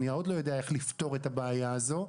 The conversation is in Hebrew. אני עוד לא יודע איך לפתור את הבעיה הזו.